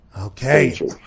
Okay